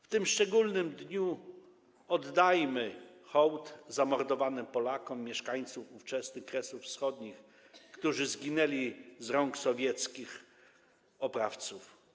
W tym szczególnym dniu oddajmy hołd zamordowanym Polakom, mieszkańcom ówczesnych Kresów Wschodnich, którzy zginęli z rąk sowieckich oprawców.